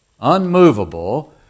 unmovable